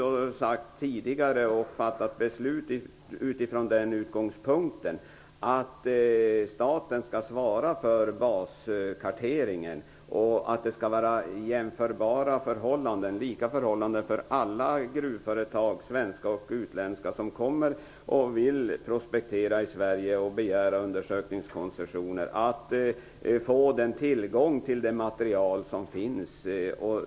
Vi har tidigare sagt, och även fattat beslut från den utgångspunkten, att staten skall svara för baskarteringen och att det skall vara lika förhållanden för alla gruvföretag -- det gäller både svenska och utländska företag -- som vill prospektera i Sverige och som begär undersökningskoncessioner. De skall kunna få tillgång till det material som finns.